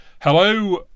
Hello